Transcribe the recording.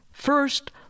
First